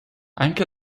anche